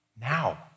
now